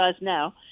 now